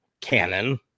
canon